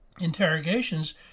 Interrogations